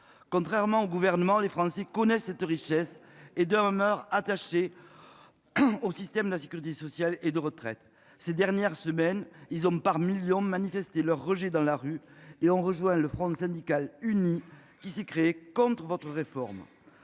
contrairement au gouvernement. Les Français connaissent cette richesse et demeurent attachés. Au système nazi Kurdi sociale et de retraite ces dernières semaines. Ils ont par million manifester leur rejet dans la rue et ont rejoint le front syndical uni qui s'est créé contre votre réforme